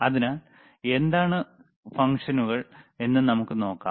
അതിനാൽ എന്താണ് ഫംഗ്ഷനുകൾ എന്ന് നമുക്ക് നോക്കാം